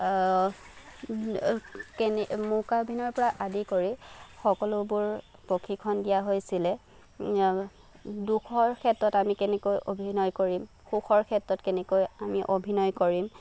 কেনে মুকাভিনয়ৰ পৰা আদি কৰি সকলোবোৰ প্ৰশিক্ষণ দিয়া হৈছিলে দুখৰ ক্ষেত্ৰত আমি কেনেকৈ অভিনয় কৰিম সুখৰ ক্ষেত্ৰত কেনেকৈ আমি অভিনয় কৰিম